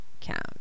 count